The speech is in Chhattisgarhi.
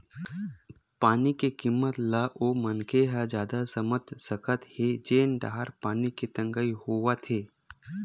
पानी के किम्मत ल ओ मनखे ह जादा समझ सकत हे जेन डाहर पानी के तगई होवथे